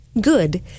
Good